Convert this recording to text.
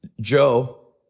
Joe